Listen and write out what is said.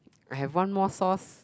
I have one more source